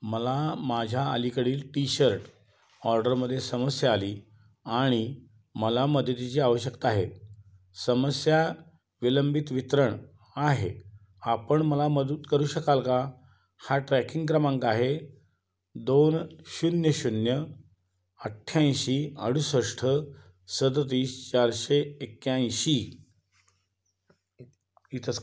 मला माझ्या अलीकडील टी शर्ट ऑर्डरमध्ये समस्या आली आणि मला मदतीची आवश्यकता आहे समस्या विलंबित वितरण आहे आपण मला मदत करू शकाल का हा ट्रॅकिंग क्रमांक आहे दोन शून्य शून्य अठ्ठ्याऐंशी अडुसष्ट सदतीस चारशे एक्क्याऐंशी इथं